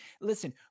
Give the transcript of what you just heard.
listen